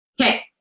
Okay